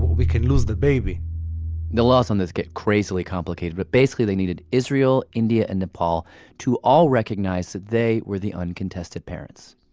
we can lose the baby the laws on this get crazy complicated but basically, they needed israel, india and nepal to all recognize, they were the uncontested parents.